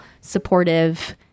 supportive